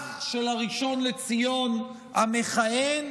האח של הראשון לציון המכהן,